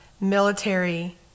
military